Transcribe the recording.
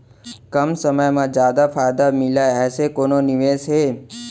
कम समय मा जादा फायदा मिलए ऐसे कोन निवेश हे?